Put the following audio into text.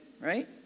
right